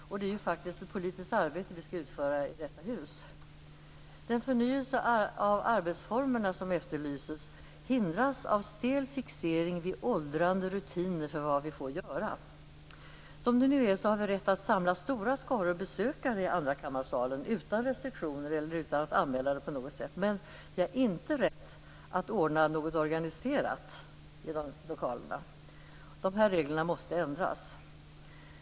Och det är ju faktiskt ett politiskt arbete vi skall utföra i detta hus. Den förnyelse av arbetsformerna som efterlyses hindras av stel fixering vid åldrande rutiner för vad vi får göra. Som det nu är har vi rätt att samla stora skaror besökare i andrakammarsalen utan restriktioner, eller utan att anmäla det på något sätt, men vi har inte rätt att ordna något organiserat. Dessa regler måste ändras.